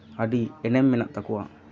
ᱟᱹᱰᱤ ᱮᱱᱮᱢ ᱢᱮᱱᱟᱜ ᱛᱟᱠᱚᱣᱟ